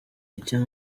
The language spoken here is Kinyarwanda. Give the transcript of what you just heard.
icya